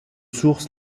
sources